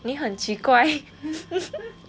你很奇怪